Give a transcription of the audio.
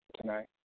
tonight